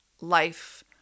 life